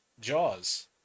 jaws